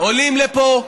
שחברי כנסת עולים לפה,